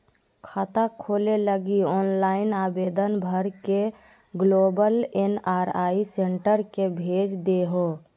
खाता खोले लगी ऑनलाइन आवेदन भर के ग्लोबल एन.आर.आई सेंटर के भेज देहो